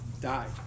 died